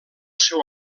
seu